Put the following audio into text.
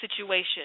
situation